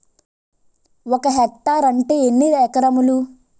ఒక హెక్టార్ అంటే ఎన్ని ఏకరములు?